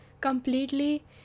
Completely